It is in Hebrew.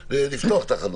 לפתוח את החנות.